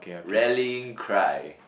rallying cry